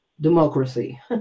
democracy